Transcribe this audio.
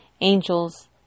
Angels